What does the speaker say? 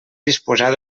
disposar